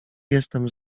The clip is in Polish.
jestem